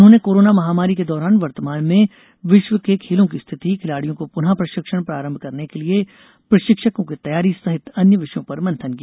उन्होंने कोरोना महामारी के दौरान वर्तमान में विश्व के खेलों की स्थिति खिलाड़ियों को पुनः प्रशिक्षण प्रारंभ करने के लिये प्रशिक्षकों की तैयारी सहित अन्य विषयों पर मंथन किया